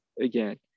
again